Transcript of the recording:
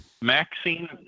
Maxine